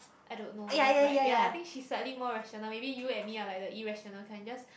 I don't know but ya I think she's slightly more rational maybe you and me are like the irrational kind just